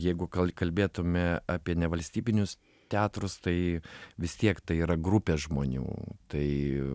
jeigu kal kalbėtume apie nevalstybinius teatrus tai vis tiek tai yra grupė žmonių tai